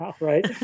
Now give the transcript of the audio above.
right